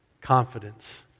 confidence